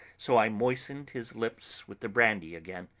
so i moistened his lips with the brandy again,